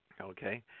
okay